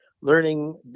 learning